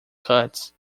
cuts